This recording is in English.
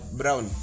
brown